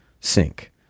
sync